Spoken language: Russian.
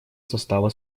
состава